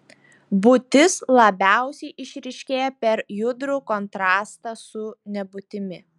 būtis labiausiai išryškėja per judrų kontrastą su nebūtimi